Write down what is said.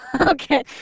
Okay